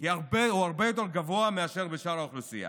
הוא הרבה יותר גבוה מאשר בשאר האוכלוסייה.